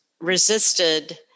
resisted